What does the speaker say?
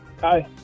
Hi